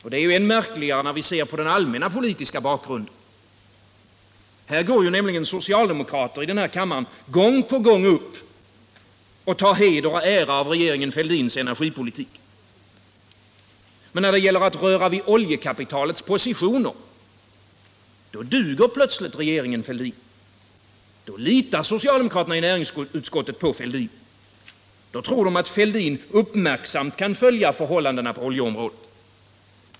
Detta är än märkligare när vi ser på den allmänna politiskä bakgrunden. Här går socialdemokraterna gång på gång ut och tar heder och ära av regeringen Fälldins energipolitik. Men när det gäller att röra vid oljekapitalets positioner, då duger plötsligt regeringen Fälldin. Då litar socialdemokraterna i näringsutskottet på Fälldin. Då tror de att Fälldin uppmärksamt kan följa förhållandena på oljeområdet.